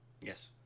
Yes